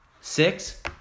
Six